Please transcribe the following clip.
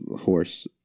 horse